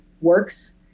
works